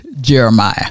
Jeremiah